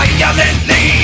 violently